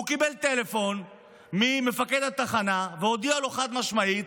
הוא קיבל טלפון ממפקד התחנה, שהודיע לו חד-משמעית